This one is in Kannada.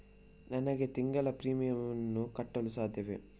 ನನಗೆ ತಿಂಗಳ ಪ್ರೀಮಿಯಮ್ ಅನ್ನು ಕಟ್ಟಲು ಸಾಧ್ಯವೇ?